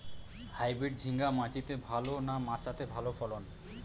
Hybrid ঝিঙ্গা মাটিতে ভালো না মাচাতে ভালো ফলন?